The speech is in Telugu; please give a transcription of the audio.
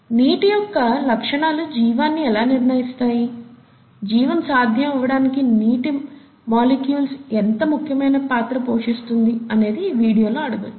నీటి యొక్క లక్షణాలు జీవాన్ని ఎలా నిర్ణయిస్తాయి జీవం సాధ్యం అవ్వడానికి నీటి మొలీసులే ఎంత ముఖ్యమైన పాత్ర పోషిస్తుంది అని ఈ వీడియోల్లో చూడొచ్చు